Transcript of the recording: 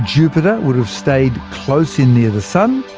jupiter would have stayed close in near the sun,